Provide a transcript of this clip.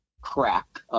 crack